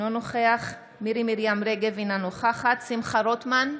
נוכח מירי מרים רגב, אינה נוכחת שמחה רוטמן,